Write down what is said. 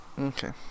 Okay